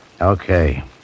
Okay